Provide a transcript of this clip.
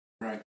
right